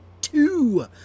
two